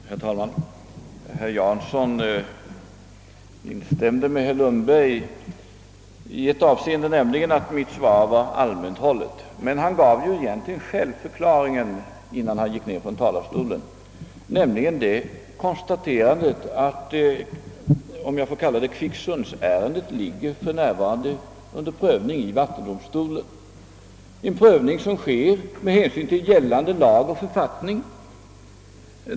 Herr talman! Herr Jansson instämde mer herr Lundberg i ett avseende, nämligen i att mitt svar var allmänt hållet. Men han gav ju egentligen själv förklaringen härtill innan han steg ned från talarstolen; han konstaterade nämligen att kvicksundsärendet för närvarande är under prövning i vattendomstolen, en prövning som sker med hänsyn till gällande lag och författning.